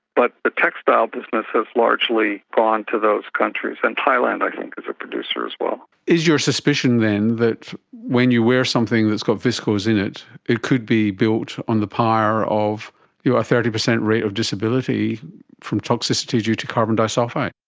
but the textile business has largely gone to those countries, and thailand i think is a producer as well. is your suspicion then that when you wear something that's got viscose in it, it could be built on the pyre of a thirty percent rate of disability from toxicity due to carbon disulphide?